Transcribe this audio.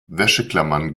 wäscheklammern